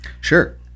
sure